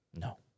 No